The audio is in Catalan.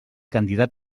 candidat